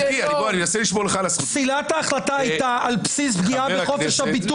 מוסי רז --- פסילת ההחלטה הייתה על בסיס פגיעה בחופש הביטוי.